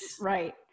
right